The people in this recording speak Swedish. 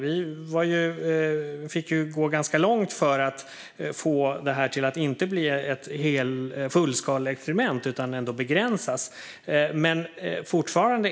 Vi fick gå ganska långt för att få detta till att inte bli ett fullskaleexperiment utan att det skulle begränsas.